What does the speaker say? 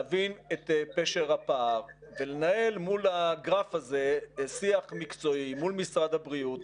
להבין את פשר הפער ולנהל מול הגרף הזה שיח מקצועי מול משרד הבריאות,